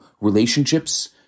relationships